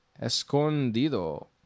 Escondido